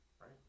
right